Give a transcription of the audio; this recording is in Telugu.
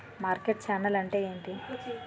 మార్కెట్ ఛానల్ అంటే ఏంటి?